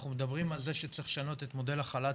אנחנו מדברים על זה שצריך לשנות את מודל החל"ת